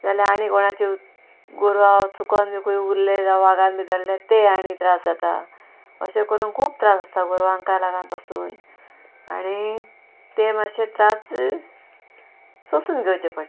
जाल्यार आणी कोणाचे गोरवां चुकोन बी खूंय उरले जावं वागान बी धरलें तें आणी त्रास जाता अशें करून खूब त्रास आसता गोरवांक लागान पासून आणी तें मातशे त्रास सोंसून घेवचे पडटा